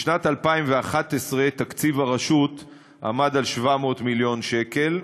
בשנת 2011 תקציב הרשות עמד על 700 מיליון שקל,